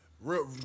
Real